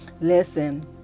listen